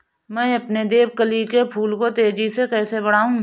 मैं अपने देवकली के फूल को तेजी से कैसे बढाऊं?